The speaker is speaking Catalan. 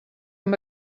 amb